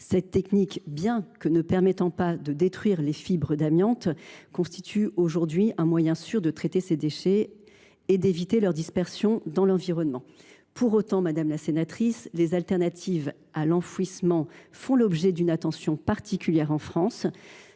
cette technique, bien que ne permettant pas de détruire les fibres d’amiante, constitue un moyen sûr de traiter ces substances en permettant d’éviter leur dispersion dans l’environnement. Pour autant, madame la sénatrice, les solutions alternatives à l’enfouissement font l’objet d’une attention particulière en France.